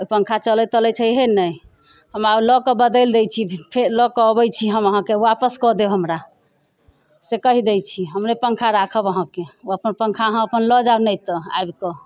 पङ्खा चलैत तलैत छैहे नहि हमरा लऽ कऽ बदलि दै छी फेर लऽ कऽ अबैत छी हम अहाँके आपस कऽ देब हमरा से कहि दै छी हमर नहि पङ्खा राखब अहाँके ओ अपन पङ्खा अहाँ लऽ जाउ नहि तऽ आबि कऽ